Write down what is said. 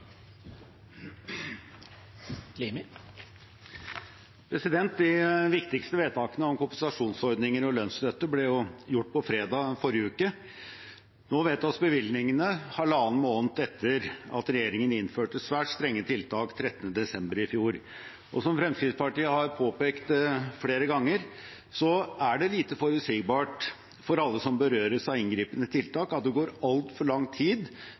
De viktigste vedtakene om kompensasjonsordninger og lønnsstøtte ble gjort fredag i forrige uke. Nå vedtas bevilgningene, halvannen måned etter at regjeringen innførte svært strenge tiltak 13. desember i fjor. Som Fremskrittspartiet har påpekt flere ganger, er det lite forutsigbart for alle som berøres av inngripende tiltak, at det går altfor lang tid